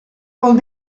vol